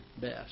best